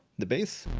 the bass.